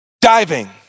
diving